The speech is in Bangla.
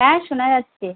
হ্যাঁ শোনা যাচ্ছে